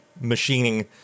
machining